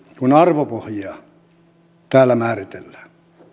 kun arvopohjia täällä määritellään